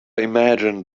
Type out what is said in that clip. imagined